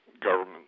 government